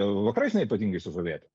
vakarais neypatingai sužavėti